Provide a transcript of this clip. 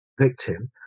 victim